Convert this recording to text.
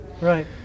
right